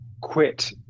quit